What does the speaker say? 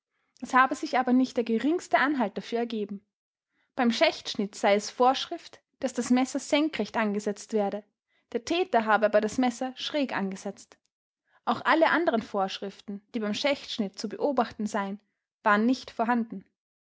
es habe sich aber nicht der geringste anhalt dafür ergeben beim schächschnitt sei es vorschrift daß das messer senkrecht angesetzt werde der täter habe aber das messer schräg angesetzt auch alle anderen vorschriften die beim schächtschnitt zu beobachten seien waren nicht vorhanden